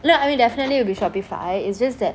I know I mean definitely it'll be Shopify it's just that